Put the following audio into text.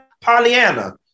Pollyanna